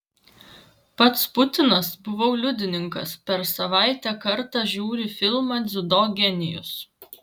pats putinas buvau liudininkas per savaitę kartą žiūri filmą dziudo genijus